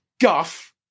guff